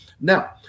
Now